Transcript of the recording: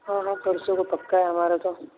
ہاں ہاں پرسوں کا پکا ہے ہمارا تو